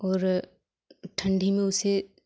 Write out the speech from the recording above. और ठंडी में उसे